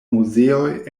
muzeoj